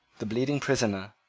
the bleeding prisoner,